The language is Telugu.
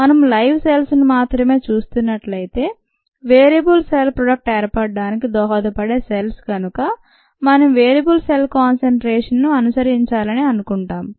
మనం లైవ్ సెల్స్ ను మాత్రమే చూస్తున్నట్లయితే వేయబుల్ సెల్స్ ప్రొడక్ట్ ఏర్పడటానికి దోహదపడే సెల్స్ కనుక మనం వేయబుల్ సెల్ కాన్సెన్ట్రేషన్ ను అనుసరించాలని అనుకుంటాము